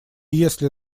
если